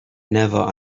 never